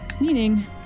meaning